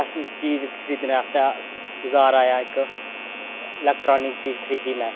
ऐसी चीज खरीदने आस्तै बजार आया इक ऐलैक्ट्रानिक चीज खरीदी मैं